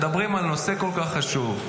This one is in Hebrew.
מדברים על נושא כל כך חשוב: